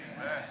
Amen